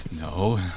No